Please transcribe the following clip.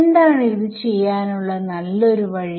എന്താണ് ഇത് ചെയ്യാനുള്ള നല്ല ഒരു വഴി